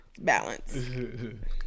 balance